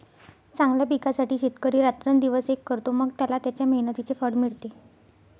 चांगल्या पिकासाठी शेतकरी रात्रंदिवस एक करतो, मग त्याला त्याच्या मेहनतीचे फळ मिळते